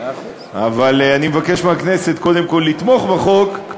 אבל אני מבקש מהכנסת קודם כול לתמוך בחוק,